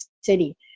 City